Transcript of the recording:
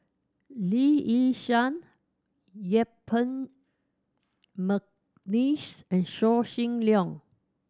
Lee Yi Shyan Yuen Peng McNeice and Yaw Shin Leong